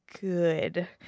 good